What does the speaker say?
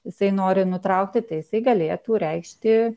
jisai nori nutraukti tai jisai galėtų reikšti